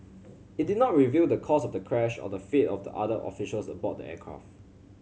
it did not reveal the cause of the crash or the fate of the other officials aboard the aircraft